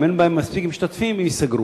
אם אין בהם מספיק משתתפים הם ייסגרו,